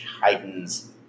heightens